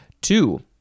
Two